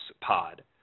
pod